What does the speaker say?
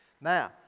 Now